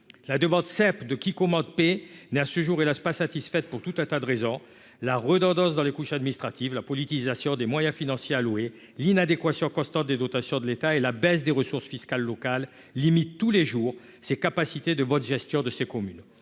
le principe « qui commande paie » n'est malheureusement pas satisfaite à ce jour, pour tout un tas de raisons. La redondance des couches administratives, la politisation des moyens financiers alloués, l'inadéquation constante des dotations de l'État et la baisse des ressources fiscales locales limitent tous les jours la capacité de bonne gestion de nos communes.